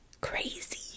Crazy